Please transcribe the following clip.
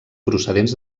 procedents